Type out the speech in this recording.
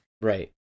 Right